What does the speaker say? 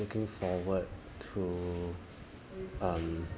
looking forward to um